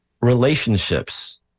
relationships